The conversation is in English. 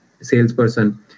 salesperson